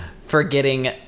forgetting